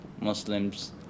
Muslims